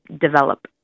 develop